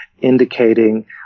indicating